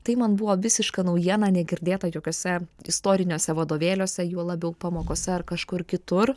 tai man buvo visiška naujiena negirdėta jokiuose istoriniuose vadovėliuose juo labiau pamokose ar kažkur kitur